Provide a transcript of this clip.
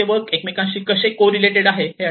त्यांचे वर्क एकमेकांशी कसे को रिलेटेड आहे